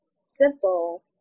simple